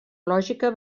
lògica